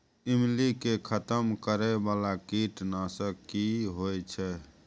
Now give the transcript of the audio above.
ईमली के खतम करैय बाला कीट नासक की होय छै?